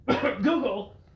Google